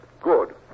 Good